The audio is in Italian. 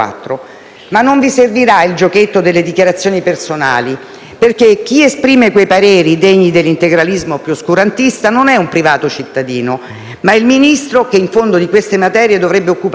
Ma non vi servirà il giochetto delle dichiarazioni personali, perché chi esprime quei pareri, degni dell'integralismo più oscurantista, non è un privato cittadino, ma il Ministro che, in fondo, di queste materie dovrebbe occuparsi.